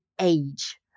age